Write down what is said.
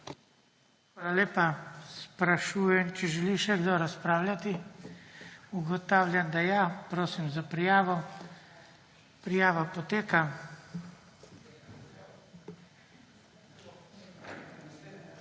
Hvala lepa. Sprašujem, če želi še kdo razpravljati. Ugotavljam, da ja. Prosim za prijavo. Imamo tri